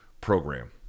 program